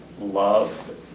love